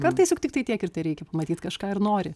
kartais juk tiktai tiek ir tereikia pamatyti kažką ir nori